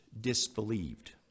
disbelieved